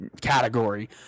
category